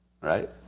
right